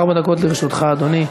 ארבע דקות לרשותך, אדוני.